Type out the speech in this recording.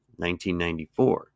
1994